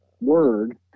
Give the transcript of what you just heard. Word